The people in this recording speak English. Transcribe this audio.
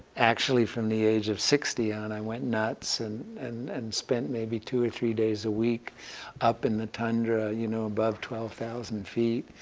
actually from the age of sixty on i went nuts and and and spent maybe two or three days a week up in the tundra, you know, above twelve thousand feet.